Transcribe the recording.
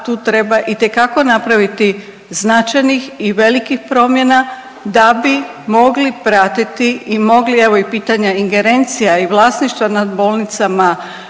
tu treba itekako napraviti značajnih i velikih promjena da bi mogli pratiti i mogli evo, i pitanja ingerencija i vlasništva nad bolnicama,